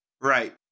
Right